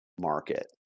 market